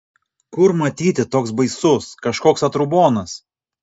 kur matyti toks baisus kažkoks atrubonas